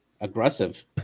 aggressive